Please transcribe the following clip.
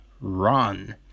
run